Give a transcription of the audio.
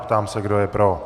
Ptám se, kdo je pro.